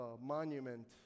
monument